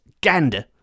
gander